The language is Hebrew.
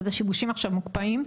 אז השיבושים עכשיו מוקפאים,